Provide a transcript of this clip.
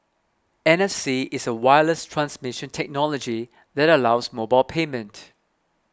N F C is a wireless transmission technology that allows mobile payment